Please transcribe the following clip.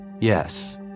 yes